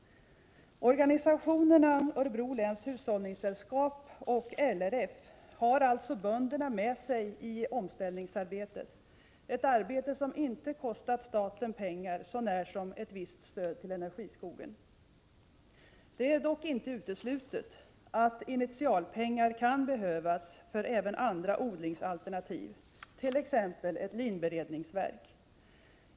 Organisationerna Örebro läns hushållningssällskap och LRF har alltså bönderna med sig i omställningsarbetet — ett arbete som inte kostat pengar så när som på ett visst stöd till energiskogen. Det är dock inte uteslutet att initialpengar kan behövas för även andra odlingsalternativ, t.ex. ett linberedningsverk.